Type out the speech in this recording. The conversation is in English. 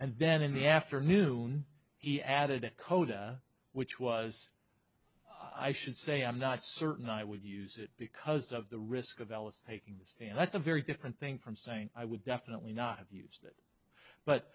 and then in the afternoon he added at kota which was i should say i'm not certain i would use it because of the risk of alice taking and that's a very different thing from saying i would definitely not have used